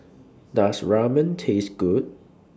Does Ramen Taste Good